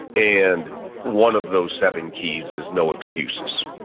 and one of those seven keys is no excuses.